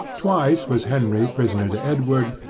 twice was henry prisoner to edward,